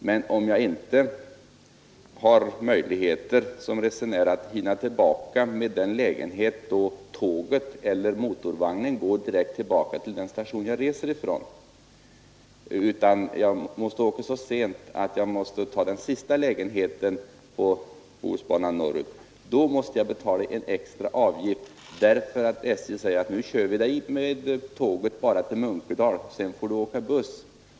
Men om jag sedan inte hinner resa tillbaka med den lägenhet då tåget eller motorvagnen går direkt till den station som jag startade resan från utan blir tvungen att ta den sista lägenheten på Bohusbanan norrut, så måste jag betala extra avgift. Då säger man nämligen på SJ att tåget går bara till Munkedal, sedan får du åka buss.